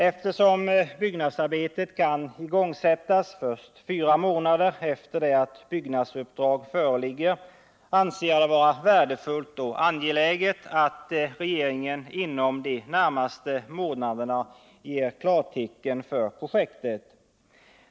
Eftersom byggnadsarbetet kan igångsättas först fyra månader efter det att byggnadsuppdrag föreligger, anser jag det vara angeläget att regeringen inom de närmaste månaderna ger klartecken för projektet.